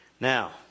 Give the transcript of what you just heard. Now